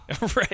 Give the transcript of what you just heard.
Right